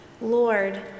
Lord